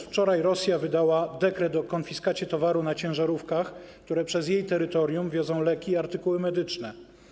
Wczoraj Rosja wydała dekret o konfiskacie towaru z ciężarówek, które przez jej terytorium przewożą leki i artykuły medyczne.